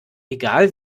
egal